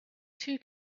two